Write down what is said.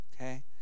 Okay